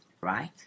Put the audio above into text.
right